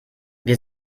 wir